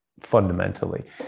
fundamentally